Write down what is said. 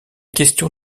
question